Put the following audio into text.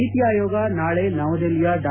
ನೀತಿ ಆಯೋಗ ನಾಳೆ ನವದೆಹಲಿಯ ಡಾ